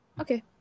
Okay